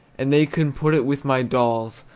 and they can put it with my dolls,